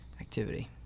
activity